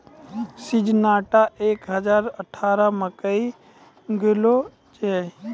Syngenta एक हजार अठारह मकई लगैलो जाय?